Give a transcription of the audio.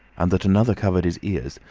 and that another covered his ears,